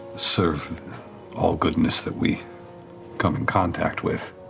serve all goodness that we come in contact with.